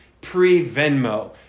pre-Venmo